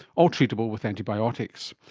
all treatable with antibiotics.